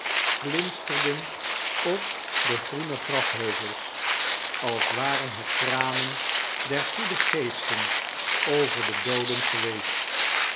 glinsterden op de groene grafheuvels als waren het tranen der goede geesten over de dooden geweest